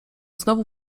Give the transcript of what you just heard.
znowu